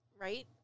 right